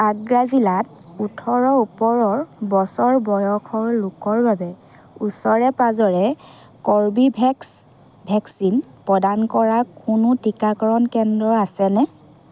আগ্ৰা জিলাত ওঠৰ ওপৰৰ বছৰ বয়সৰ লোকৰ বাবে ওচৰে পাঁজৰে কৰ্বীভেক্স ভেকচিন প্ৰদান কৰা কোনো টিকাকৰণ কেন্দ্ৰ আছেনে